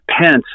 Pence